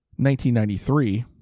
1993